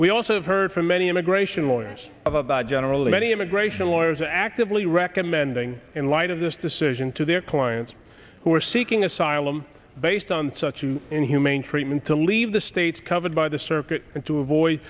we also have heard from many immigration lawyers about generally many immigration lawyers are actively recommending in light of this decision to their clients who are seeking asylum based on such inhumane treatment to leave the states covered by the circuit and to avoid